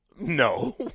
No